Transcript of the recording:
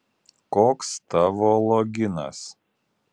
koks tavo loginas